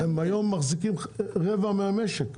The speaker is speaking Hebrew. הם מחזיקים היום רבע מהמשק.